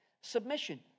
submission